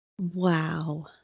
Wow